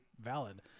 valid